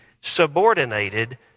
subordinated